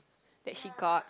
that she got